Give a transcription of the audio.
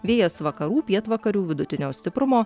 vėjas vakarų pietvakarių vidutinio stiprumo